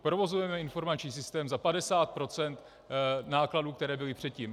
Provozujeme informační systém za 50 % nákladů, které byly předtím.